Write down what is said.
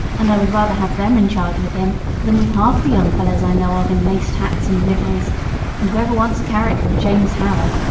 and i would rather have them in charge with him than with half the young fellows i know of in laced hats and liveries and whoever wants a character of james howard,